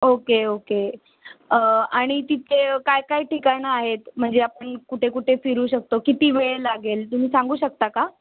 okay okay आणि तिथे काय काय ठिकाणं आहेत म्हणजे आपण कुठे कुठे फिरू शकतो किती वेळ लागेल तुम्ही सांगू शकता का